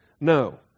No